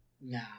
No